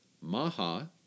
Maha